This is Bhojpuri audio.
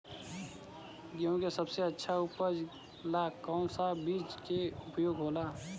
गेहूँ के सबसे अच्छा उपज ला कौन सा बिज के उपयोग होला?